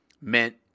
meant